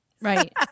Right